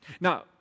Now